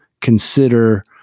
consider